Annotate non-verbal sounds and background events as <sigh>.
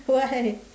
<laughs> why why